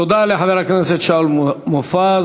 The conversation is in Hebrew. תודה לחבר הכנסת שאול מופז.